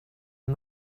and